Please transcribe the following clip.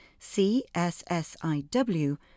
CSSIW